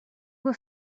were